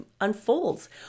unfolds